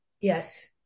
yes